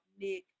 nick